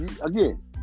again